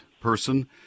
person